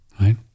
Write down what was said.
right